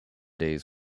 day’s